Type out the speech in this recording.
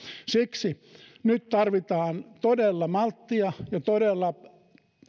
siksi nyt tarvitaan todella malttia ja todella